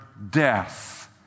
death